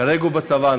כרגע הוא בצבא,